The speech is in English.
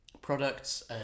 products